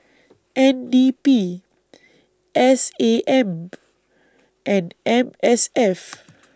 N D P S A M and M S F